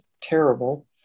terrible